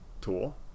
tool